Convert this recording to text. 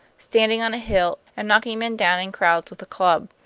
standing on a hill and knocking men down in crowds with a club.